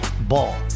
Ball